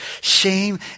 shame